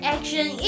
Action